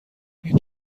این